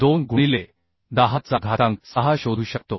22 गुणिले 10 चा घातांक 6 शोधू शकतो